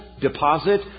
deposit